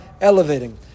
elevating